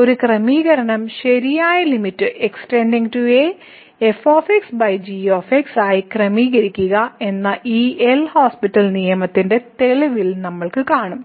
ഒരു ക്രമീകരണം ശരിയായ limit x → a f g ആയി ക്രമീകരിക്കുക എന്ന ഈ എൽ ഹോസ്പിറ്റൽ നിയമത്തിന്റെ തെളിവിൽ നമ്മൾ കാണും